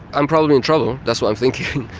i'm probably in trouble, that's what i'm thinking,